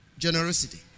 Generosity